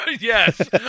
Yes